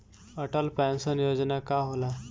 Atal pension Yojana का होला?